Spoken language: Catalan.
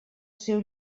seu